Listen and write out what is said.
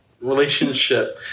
relationship